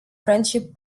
friendship